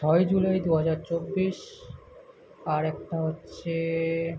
ছয় জুলাই দু হাজার চব্বিশ আর একটা হচ্ছে